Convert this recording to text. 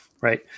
right